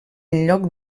lloc